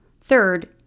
Third